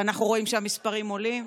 ואנחנו רואים שהמספרים עולים,